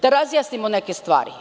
Da razjasnimo neke stvari.